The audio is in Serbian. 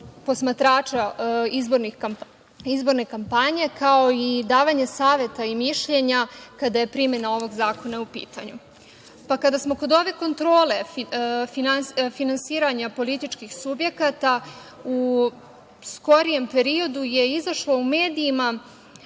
posmatrača izborne kampanje, kao i davanje saveta i mišljenja kada je primena ovog zakona u pitanju. Pa, kada smo kod ove kontrole finansiranja političkih subjekata, u skorijem periodu je izašlo u medijima